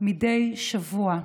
מדי שבוע.